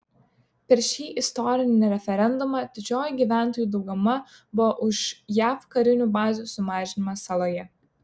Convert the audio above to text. per šį istorinį referendumą didžioji gyventojų dauguma buvo už jav karinių bazių sumažinimą saloje